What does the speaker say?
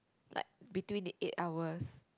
like between the eight hours